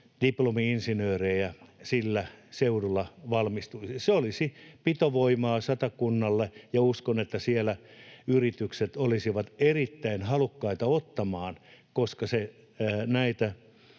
diplomi-insinöörejä sillä seudulla valmistuisi. Se olisi pitovoimaa Satakunnalle, ja uskon, että siellä yritykset olisivat erittäin halukkaita ottamaan näitä